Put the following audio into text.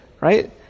right